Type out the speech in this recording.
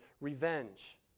revenge